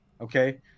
Okay